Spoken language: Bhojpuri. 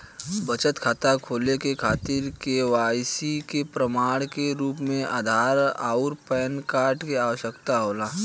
बचत खाता खोले के खातिर केवाइसी के प्रमाण के रूप में आधार आउर पैन कार्ड के आवश्यकता होला